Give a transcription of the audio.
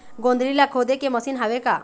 गोंदली ला खोदे के मशीन हावे का?